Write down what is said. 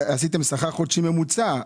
הבאתם פה את השכר החודשי הממוצע,